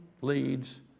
leads